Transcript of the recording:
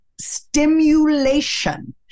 stimulation